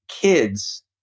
kids